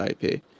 ip